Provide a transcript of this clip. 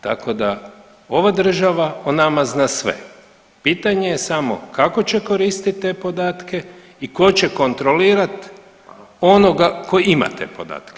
Tako da ova država o nama zna sve, pitanje je samo kako će koristit te podatke i ko će kontrolirat onoga ko ima te podatke.